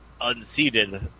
unseated